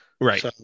Right